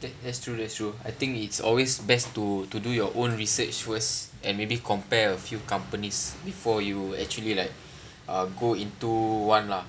that that's true that's true I think it's always best to to do your own research works and maybe compare a few companies before you actually like uh go into one lah